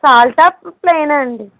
సాల్టా ప్లెయినా అండి